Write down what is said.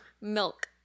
Milk